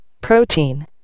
Protein